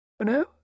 No